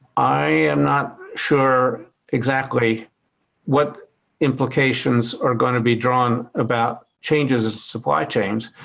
i am not sure exactly what implications are gonna be drawn about changes in supply chains.